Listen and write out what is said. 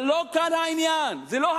אבל זה לא העניין לחלוטין.